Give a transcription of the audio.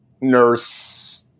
Nurse